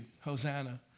Hosanna